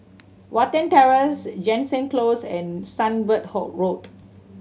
Watten Terrace Jansen Close and Sunbird Hall Road